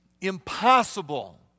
impossible